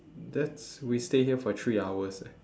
that's we stay here for three hours eh